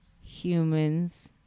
humans